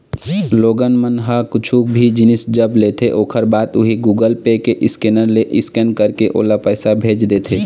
लोगन मन ह कुछु भी जिनिस जब लेथे ओखर बाद उही गुगल पे के स्केनर ले स्केन करके ओला पइसा भेज देथे